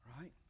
Right